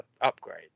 upgrade